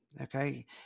Okay